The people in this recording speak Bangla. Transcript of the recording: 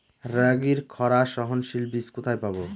রাগির খরা সহনশীল বীজ কোথায় পাবো?